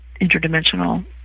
interdimensional